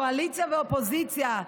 קואליציה ואופוזיציה,